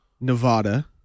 nevada